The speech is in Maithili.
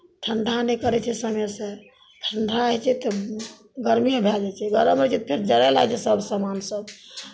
ठण्ढा नहि करै छै समयसँ ठण्ढा होइ छै तऽ गरमिओ भए जाइ छै गरम होइ छै फेर जरय लागै छै सभ सामानसभ